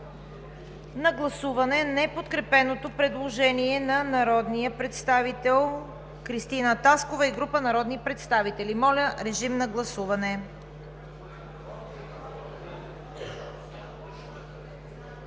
на гласуване неподкрепеното предложение на народния представител Кристина Таскова и група народни представители. Колеги, понеже